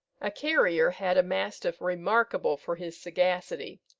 a carrier had a mastiff remarkable for his sagacity.